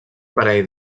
parell